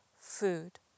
food